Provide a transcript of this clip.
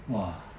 !wah!